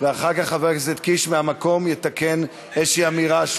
ואחר כך חבר הכנסת קיש מהמקום יתקן איזושהי אמירה שהוא